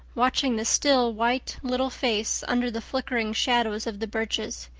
watching the still, white little face under the flickering shadows of the birches.